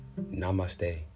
namaste